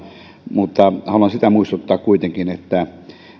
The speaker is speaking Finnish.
mutta haluan siitä muistuttaa kuitenkin että